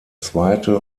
zweite